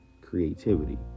creativity